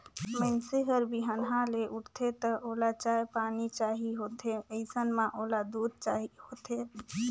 मइनसे हर बिहनहा ले उठथे त ओला चाय पानी चाही होथे अइसन म ओला दूद चाही होथे